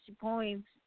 points